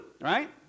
right